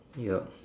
yup